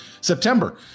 September